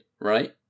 right